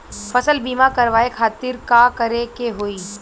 फसल बीमा करवाए खातिर का करे के होई?